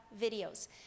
videos